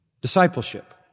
discipleship